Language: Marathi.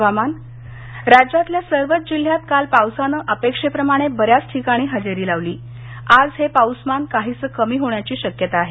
हवामान सिंधदर्ग राज्यातल्या सर्वच जिल्ह्यात काल पावसानं अपेक्षेप्रमाणे बर्यामच ठिकाणी हजेरी लावली आज हे सर्व पाऊसमान काहीसं कमी होण्याची शक्यता आहे